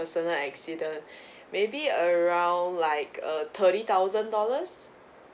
personal accident maybe around like a thirty thousand dollars